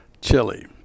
Chili